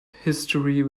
history